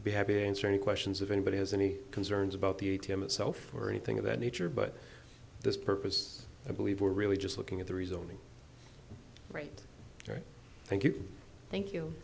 be happy to answer any questions if anybody has any concerns about the a t m itself or anything of that nature but this purpose i believe we're really just looking at the rezoning right gerri thank you thank you